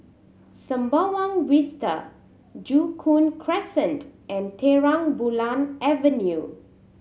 Sembawang Vista Joo Koon Crescent and Terang Bulan Avenue